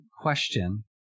question